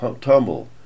tumble